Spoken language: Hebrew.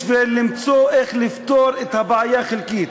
בשביל למצוא איך לפתור את הבעיה חלקית,